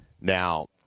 Now